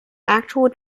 actual